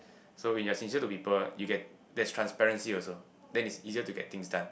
so we have sincere to be birth you get that's transparency also then it's easier to get things done